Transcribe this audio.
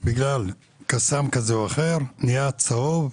ובגלל קסאם כזה או אחר הוא נהיה צהוב,